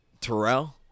Terrell